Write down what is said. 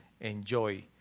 enjoy